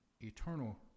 eternal